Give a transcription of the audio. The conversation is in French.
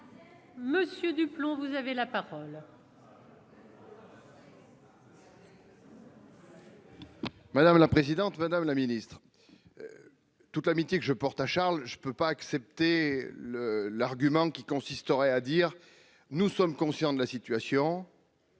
Monsieur du plomb, vous avez la parole. Madame la présidente, madame la Ministre toute l'amitié que je porte à Charles, je ne peux pas accepter le l'argument qui consisterait à dire : nous sommes conscients de la situation.